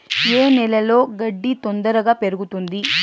ఏ నేలలో గడ్డి తొందరగా పెరుగుతుంది